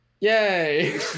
Yay